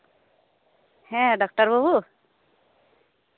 ᱦᱮᱸ ᱰᱟᱠᱛᱟᱨ ᱵᱟᱹᱵᱩ